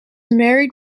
married